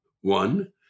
One